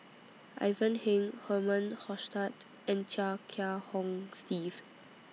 Ivan Heng Herman Hochstadt and Chia Kiah Hong Steve